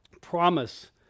promise